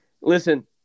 Listen